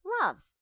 love